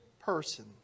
person